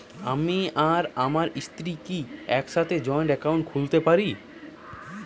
আমি আর আমার স্ত্রী কি একসাথে জয়েন্ট অ্যাকাউন্ট খুলতে পারি?